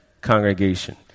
congregation